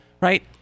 right